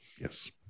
Yes